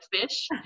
fish